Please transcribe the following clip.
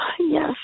Yes